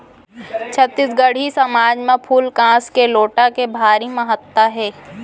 छत्तीसगढ़ी समाज म फूल कांस के लोटा के भारी महत्ता हे